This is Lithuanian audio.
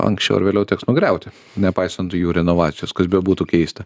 anksčiau ar vėliau teks nugriauti nepaisant jų renovacijos kas bebūtų keista